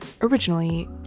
Originally